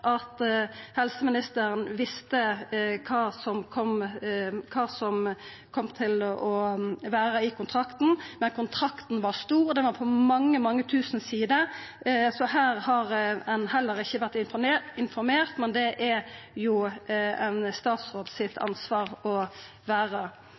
at helseministeren visste kva som kom til å vera i kontrakten, men kontrakten var stor, han var på mange, mange tusen sider, så her har ein heller ikkje vore informert. Men det er det ein statsråd sitt